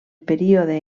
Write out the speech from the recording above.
període